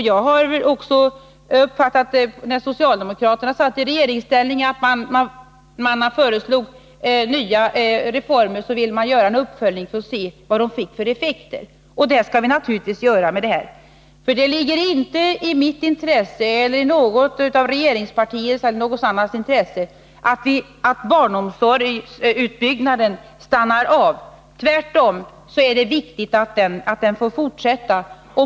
Jag har uppfattat att också socialdemokraterna, när de satt i regeringsställning, vid genomförandet av nya reformer ville göra en uppföljning av dem för att se vad de fick för effekter. Det skall vi naturligtvis göra också med det här förslaget. Det ligger inte i mitt, i något regeringspartis eller någon annans intresse att barnomsorgsutbyggnaden stannar av. Tvärtom är det viktigt att den får fortsätta.